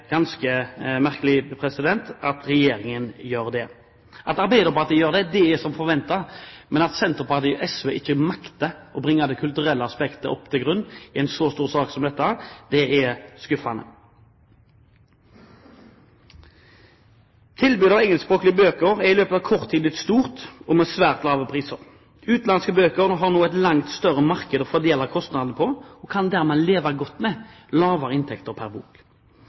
ganske merkelig at Regjeringen gjør det. At Arbeiderpartiet gjør det, er som forventet, men at Senterpartiet og SV ikke makter å legge det kulturelle aspektet til grunn i en så stor sak som denne, er skuffende. Tilbudet av engelskspråklige bøker er i løpet av kort tid blitt stort og til svært lave priser. Utenlandske bøker har nå et langt større marked å fordele kostnadene på og kan dermed leve godt med lavere inntekter pr. bok.